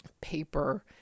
paper